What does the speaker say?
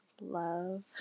love